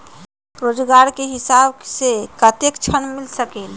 रोजगार के हिसाब से कतेक ऋण मिल सकेलि?